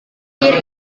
kiri